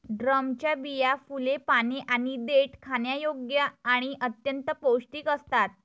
ड्रमच्या बिया, फुले, पाने आणि देठ खाण्यायोग्य आणि अत्यंत पौष्टिक असतात